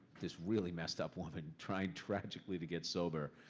this really messed up woman, trying tragically to get sober,